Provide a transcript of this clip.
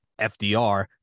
FDR